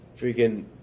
freaking